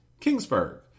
Kingsburg